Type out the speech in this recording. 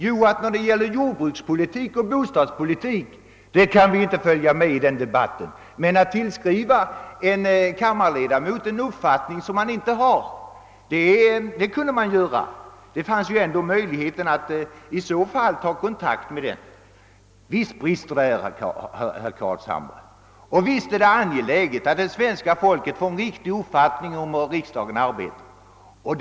Jo, att när det gällde jordbrukspolitik och bostadspolitik så kunde man inte följa med i debatten. Men att tillskriva en kammarledamot en uppfattning som han inte har, det kunde man göra. Det fanns ju ändå möjlighet för vederbörande journalist att ta kontakt med mig. Visst brister det, herr Carlshamre, och visst är det angeläget att det svenska folket får en riktig uppfattning om hur riksdagen arbetar.